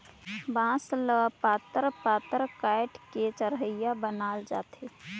बांस ल पातर पातर काएट के चरहिया बनाल जाथे